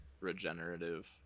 regenerative